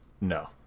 no